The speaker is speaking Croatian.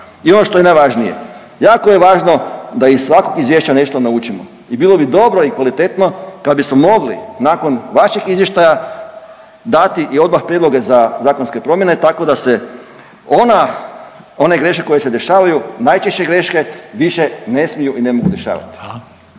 I ono što je najvažnije, jako je važno da iz svakog izvješća nešto naučimo i bilo bi dobro i kvalitetno kad bismo mogli nakon vašeg izvještaja dati i odmah prijedloge za zakonske promjene tako da se ona, one greške koje se dešavaju, najčešće greške, više ne smiju i ne mogu dešavati.